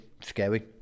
Scary